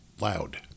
loud